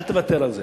אל תוותר על זה.